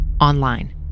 online